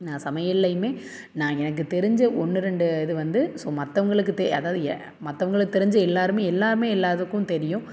நான் சமையல்லேயுமே நான் எனக்கு தெரிஞ்ச ஒன்று ரெண்டு இது வந்து ஸோ மற்றவுங்களுக்கு தெ அதாவது மற்றவுங்களுக்கு தெரிஞ்ச எல்லாேருமே எல்லாமே எல்லாேருக்கும் தெரியும்